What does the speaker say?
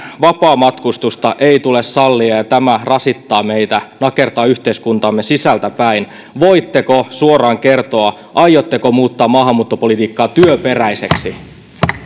vapaamatkustusta ei tule sallia ja ja tämä rasittaa meitä nakertaa yhteiskuntaamme sisältäpäin voitteko suoraan kertoa aiotteko muuttaa maahanmuuttopolitiikkaa työperäiseksi